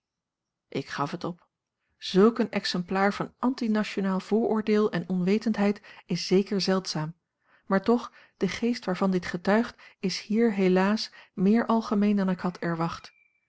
ik gaf het op zulk een exemplaar van anti nationaal vooroordeel en onwetendheid is zeker zeldzaam maar toch de geest waarvan dit getuigt is hier helaas meer algemeen dan ik had erwacht